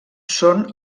són